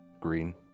Green